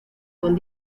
con